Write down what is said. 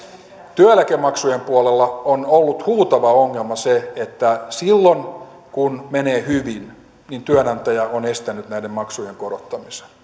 työeläkemaksujen puolella on ollut huutava ongelma se että silloin kun menee hyvin työnantaja on estänyt näiden maksujen korottamisen